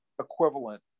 equivalent